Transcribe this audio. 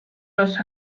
los